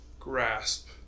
grasp